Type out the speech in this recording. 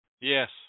Yes